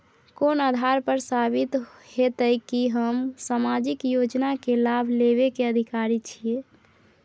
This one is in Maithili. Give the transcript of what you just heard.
कोन आधार पर साबित हेते की हम सामाजिक योजना के लाभ लेबे के अधिकारी छिये?